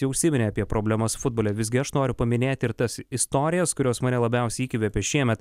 jau užsiminė apie problemas futbole visgi aš noriu paminėti ir tas istorijas kurios mane labiausiai įkvėpė šiemet